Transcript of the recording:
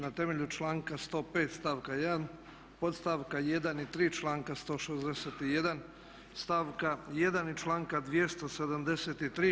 Na temelju članka 105. stavka 1. podstavka 1. i 3. članka 161. stavka 1. i članka 2073.